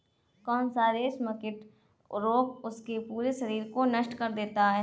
कौन सा रेशमकीट रोग उसके पूरे शरीर को नष्ट कर देता है?